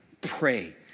pray